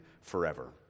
forever